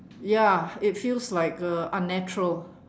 ya it feels like uh unnatural